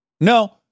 No